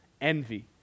envy